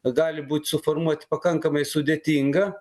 gali būt suformuoti pakankamai sudėtinga